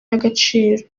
y’agaciro